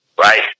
right